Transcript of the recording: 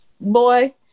boy